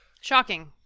Shocking